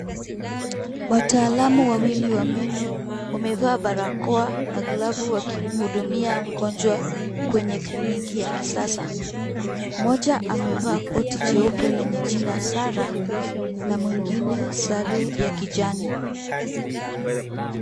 Wataalamu wawili wa meno wamevaa barakoa , na glavu wakimhudumia mgonjwa kwenye kliniki ya kisasa. Mmoja amevaa koti jeupe lenye jina Sarah na mwingine sare ya kijani.